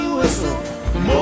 whistle